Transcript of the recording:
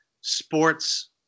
sports